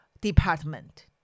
department